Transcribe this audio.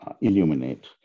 illuminate